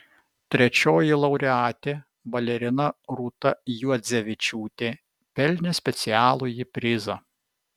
trečioji laureatė balerina rūta juodzevičiūtė pelnė specialųjį prizą